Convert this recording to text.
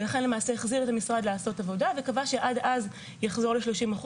ולכן החזיר את המשרד לעשות עבודה וקבע שעד אז יחזור ל-30%.